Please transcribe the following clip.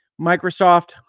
Microsoft